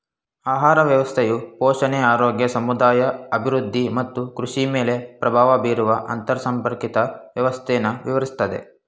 ಆಹಾರ ವ್ಯವಸ್ಥೆಯು ಪೋಷಣೆ ಆರೋಗ್ಯ ಸಮುದಾಯ ಅಭಿವೃದ್ಧಿ ಮತ್ತು ಕೃಷಿಮೇಲೆ ಪ್ರಭಾವ ಬೀರುವ ಅಂತರ್ಸಂಪರ್ಕಿತ ವ್ಯವಸ್ಥೆನ ವಿವರಿಸ್ತದೆ